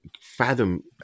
fathom